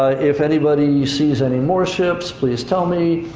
if anybody sees any more ships, please tell me.